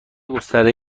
گسترده